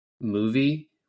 movie